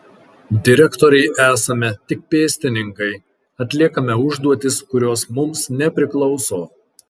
direktorei esame tik pėstininkai atliekame užduotis kurios mums nepriklauso